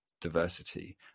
diversity